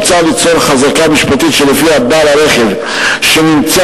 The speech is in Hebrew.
מוצע ליצור חזקה משפטית שלפיה בעל הרכב שנמצא